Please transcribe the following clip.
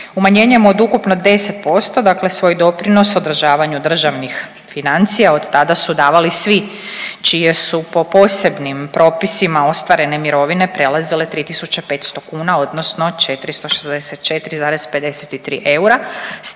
Umanjenjem od ukupno deset posto, dakle svoj doprinos održavanju državnih financija od tada su davali svi čije su po posebnim propisima ostvarene mirovine prelazile 3500 kuna, odnosno 464,53 eura s